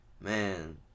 Man